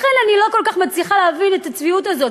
לכן אני לא כל כך מצליחה להבין את הצביעות הזאת.